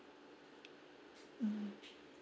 mm